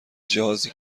جهازی